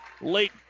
late